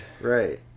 Right